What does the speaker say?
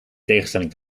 tegenstelling